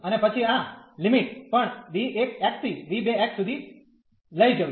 અને પછી આ લિમિટ પણ v1 થી v2 સુધી લઈ જવી